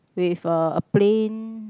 with a plain